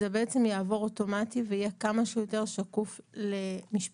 חשוב שזה יעבור אוטומטית ויהיה כמה שיותר שקוף למשפחה.